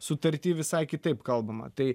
sutarty visai kitaip kalbama tai